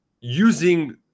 using